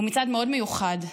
הוא מצעד מאוד מיוחד,